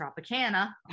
Tropicana